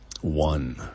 one